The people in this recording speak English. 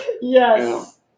Yes